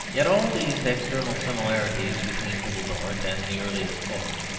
yet all these external similarities between little dorrit and the earliest books,